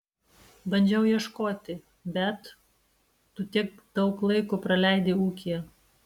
bandžiau ieškoti bet tu tiek daug laiko praleidi ūkyje